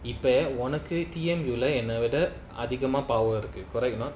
இப்போஉனக்குஎன்னவிடஅதிகமா:ipo unaku enna vida adhigama more power okay correct or not